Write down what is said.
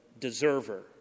deserver